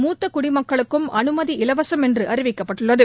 மூத்த குடிமக்களுக்கும் அனுமதி இலவசம் என்று அறிவிக்கப்பட்டுள்ளது